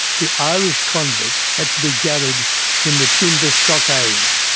the irish convicts had to be gathered in the timber stockade.